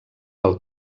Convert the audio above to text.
pel